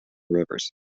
rivers